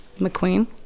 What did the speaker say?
McQueen